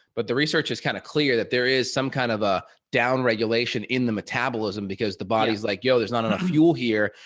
but the research is kind of clear that there is some kind of a down regulation in the metabolism because the body's like, yo, there's not enough fuel here.